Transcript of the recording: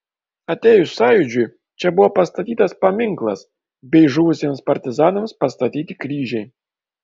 atėjus sąjūdžiui čia buvo pastatytas paminklas bei žuvusiems partizanams pastatyti kryžiai